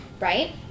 right